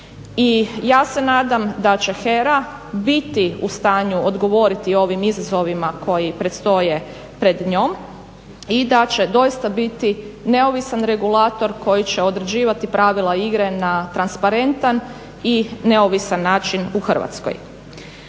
ja se nadam da će HERA biti u stanju odgovoriti ovim izazovima koji predstoje pred njom i da će doista biti neovisan regulator koji će određivati pravila igre na transparentan i neovisan način u Hrvatskoj.